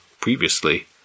previously